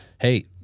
hey